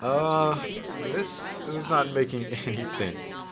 ah this this is not making any sense,